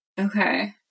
Okay